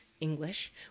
English